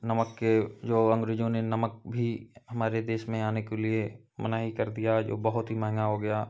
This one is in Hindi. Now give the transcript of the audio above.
नमक के जो अंग्रेजों ने नमक भी हमारे देश में आने के लिए मनाही कर दिया जो बहुत ही महेंगा हो गया